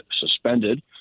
suspended